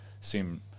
seem